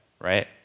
right